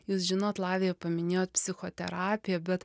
jūs žinot lavija paminėjot psichoterapiją bet